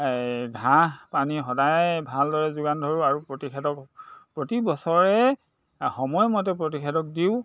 এই ঘাঁহ পানী সদায় ভালদৰে যোগান ধৰোঁ আৰু প্ৰতিষেধক প্ৰতি বছৰে সময়মতে প্ৰতিষেধক দিওঁ